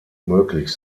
möglich